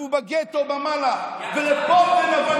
ישבו בגטו, יעקב, חבר הכנסת יבגני,